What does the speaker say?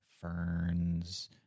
ferns